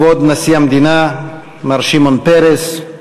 כבוד נשיא המדינה מר שמעון פרס,